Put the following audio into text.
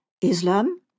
Islam